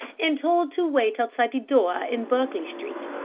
and told to wait outside the door in berkeley street.